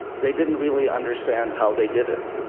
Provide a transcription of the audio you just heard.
they didn't really understand how they did it.